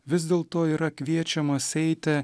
vis dėlto yra kviečiamas eiti